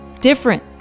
Different